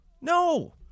no